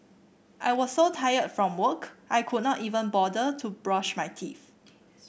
I was so tired from work I could not even bother to brush my teeth